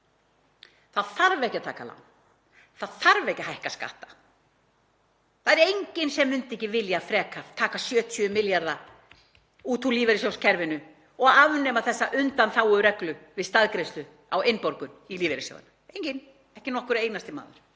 Það þarf ekki að taka lán. Það þarf ekki að hækka skatta. Það er enginn sem myndi ekki vilja frekar taka 70 milljarða út úr lífeyrissjóðakerfinu og afnema þessa undanþágureglu við staðgreiðslu á innborgun í lífeyrissjóði. Enginn, ekki nokkur einasti maður